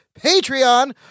Patreon